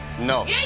no